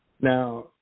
Now